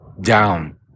down